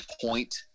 point